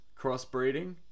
crossbreeding